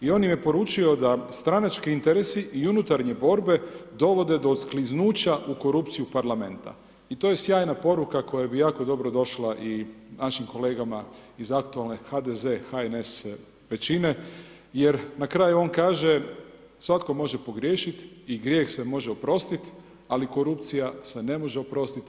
I on im je poručio da stranački interesi i unutarnje borbe dovode do uskliznuća u korupciju Parlamenta i to je sjajna poruka koja bi jako dobro došla i našim kolegama iz aktualne HDZ-HNS većine jer na kraju on kaže: „svatko može pogriješiti i grijeh se može oprostiti, ali korupcija se ne može oprostit.